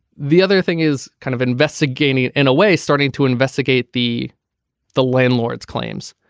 the other thing is kind of investigating in a way starting to investigate the the landlord's claims.